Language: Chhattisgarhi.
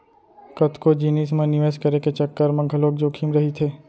कतको जिनिस म निवेस करे के चक्कर म घलोक जोखिम रहिथे